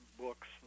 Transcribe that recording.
books